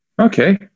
Okay